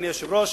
אדוני היושב-ראש,